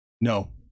No